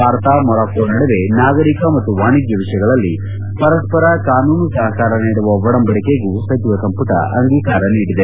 Bharat Morocco ನಡುವೆ ನಾಗರಿಕ ಮತ್ತು ವಾಣಿಜ್ಞ ವಿಷಯಗಳಲ್ಲಿ ಪರಸ್ಪರ ಕಾನೂನು ಸಹಕಾರ ನೀಡುವ ಒಡಂಬಡಿಕೆಗೂ ಸಚಿವ ಸಂಪುಟ ಅಂಗೀಕಾರ ನೀಡಿದೆ